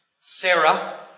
Sarah